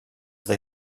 they